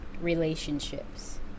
relationships